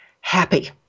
happy